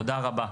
תודה רבה.